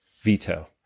veto